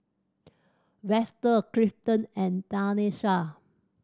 Vester Clifton and Tanesha